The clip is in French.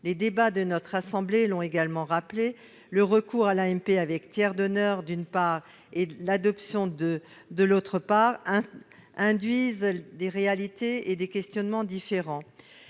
Les débats de notre assemblée l'ont également rappelé : le recours à l'AMP avec tiers donneurs, d'une part, et l'adoption, d'autre part, induisent des réalités et des questionnements différents.